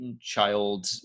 child